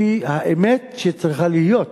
שהיא האמת שצריכה להיות.